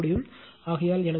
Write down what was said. ஆகையால் எனது ஆர்